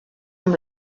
amb